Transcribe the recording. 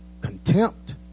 contempt